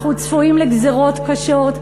אנחנו צפויים לגזירות קשות,